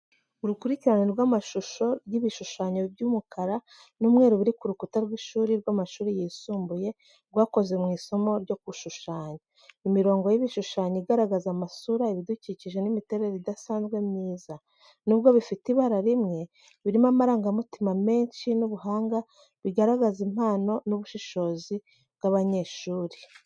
Urukurikirane rw’amashusho y’ibishushanyo by’umukara n’umweru biri ku rukuta rw’ishuri rw'amashuri yisumbuye, rwakozwe mu isomo ryo gushushanya. Imirongo y’ibishushanyo igaragaza amasura, ibidukikije n’imiterere idasanzwe myiza. Nubwo bifite ibara rimwe, birimo amarangamutima menshi n’ubuhanga, bigaragaza impano n’ubushishozi bw’abanyeshuri.